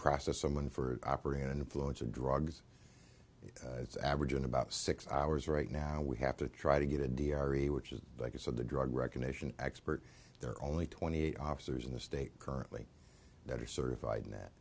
process someone for operating an influence of drugs it's averaging about six hours right now we have to try to get a d r e which is like you said the drug recognition expert there are only twenty eight officers in the state currently that are certified that